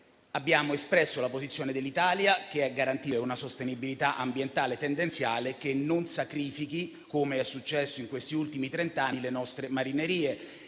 Abbiamo espresso la posizione dell'Italia, che è quella di garantire una sostenibilità ambientale tendenziale che non sacrifichi, com'è successo in questi ultimi trent'anni, le nostre marinerie.